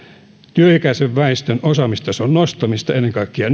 työikäisen väestön osaamistason nostamista ennen kaikkea